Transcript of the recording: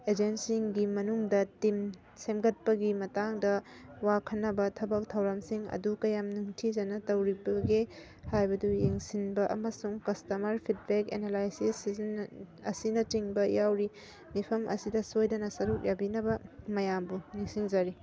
ꯑꯦꯖꯦꯟꯁꯤꯡꯒꯤ ꯃꯅꯨꯡꯗ ꯇꯤꯝ ꯁꯦꯝꯒꯠꯄꯒꯤ ꯃꯇꯥꯡꯗ ꯋꯥ ꯈꯟꯅꯕ ꯊꯕꯛ ꯊꯧꯔꯝꯁꯤꯡ ꯑꯗꯨ ꯀꯌꯥꯝ ꯅꯤꯡꯊꯤꯖꯅ ꯇꯧꯔꯤꯕꯒꯦ ꯍꯥꯏꯕꯗꯨ ꯌꯦꯡꯁꯤꯟꯕ ꯑꯃꯁꯨꯡ ꯀꯁꯇꯃꯔ ꯐꯤꯠꯕꯦꯛ ꯑꯦꯅꯂꯥꯏꯁꯤꯁ ꯑꯁꯤꯅꯆꯤꯡꯕ ꯌꯥꯎꯔꯤ ꯃꯤꯐꯝ ꯑꯁꯤꯗ ꯁꯣꯏꯗꯅ ꯁꯔꯨꯛ ꯌꯥꯕꯤꯅꯕ ꯃꯌꯥꯝꯕꯨ ꯅꯤꯡꯁꯤꯡꯖꯔꯤ